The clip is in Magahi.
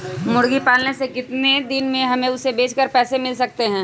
मुर्गी पालने से कितने दिन में हमें उसे बेचकर पैसे मिल सकते हैं?